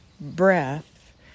breath